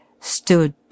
stood